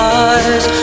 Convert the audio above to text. eyes